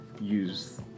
use